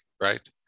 Right